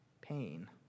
pain